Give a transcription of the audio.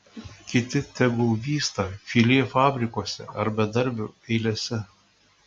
kiti tegu vysta filė fabrikuose ar bedarbių eilėse